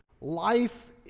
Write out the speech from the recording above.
life